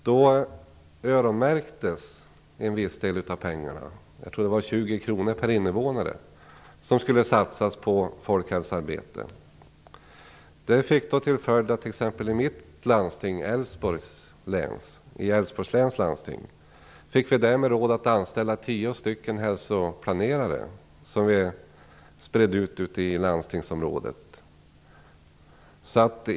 Då öronmärktes en viss del av pengarna - jag tror att det var 20 kr per invånare - som skulle satsas på folkhälsoarbete. Det fick t.ex. till följd att vi i mitt landsting - Älvsborgs läns landsting - fick råd att anställa tio hälsoplanerare som vi spred ut i landstingsområdet.